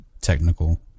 technical